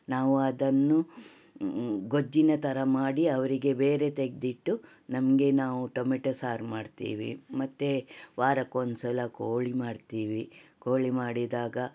ನಾವು ಅದನ್ನು ಗೊಜ್ಜಿನ ಥರ ಮಾಡಿ ಅವರಿಗೆ ಬೇರೆ ತೆಗೆದಿಟ್ಟು ನಮಗೆ ನಾವು ಟೊಮೆಟೋ ಸಾರು ಮಾಡ್ತೀವಿ ಮತ್ತು ವಾರಕ್ಕೊಂದ್ಸಲ ಕೋಳಿ ಮಾಡ್ತೀವಿ ಕೋಳಿ ಮಾಡಿದಾಗ